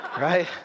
right